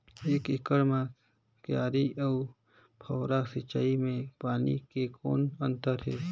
एक एकड़ म क्यारी अउ फव्वारा सिंचाई मे पानी के कौन अंतर हे?